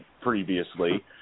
previously